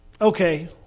okay